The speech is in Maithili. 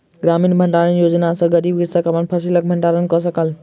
ग्रामीण भण्डारण योजना सॅ गरीब कृषक अपन फसिलक भण्डारण कय सकल